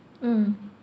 mm